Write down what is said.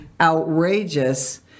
outrageous